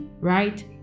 right